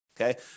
Okay